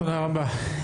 תודה רבה.